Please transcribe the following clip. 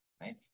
right